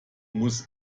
muss